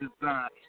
design